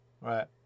Right